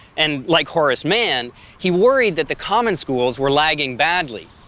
and, like horace mann, he worried that the common schools were lagging badly.